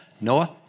Noah